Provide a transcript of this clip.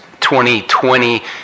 2020